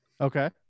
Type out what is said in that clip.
Okay